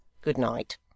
good-night